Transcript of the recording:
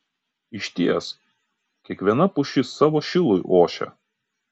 išties kiekviena pušis savo šilui ošia